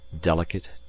delicate